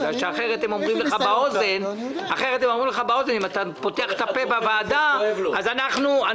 כי אחרת הם אומרים לך באוזן: אם תפתח את הפה בוועדה אז אנחנו ...